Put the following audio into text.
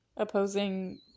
Opposing